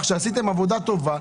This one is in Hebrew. שעשיתם עבודה טובה.